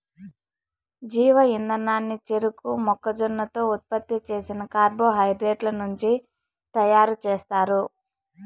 జీవ ఇంధనాన్ని చెరకు, మొక్కజొన్నతో ఉత్పత్తి చేసిన కార్బోహైడ్రేట్ల నుంచి తయారుచేస్తారు